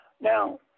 Now